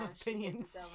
opinions